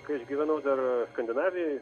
kai aš gyvenau dar skandinavijoj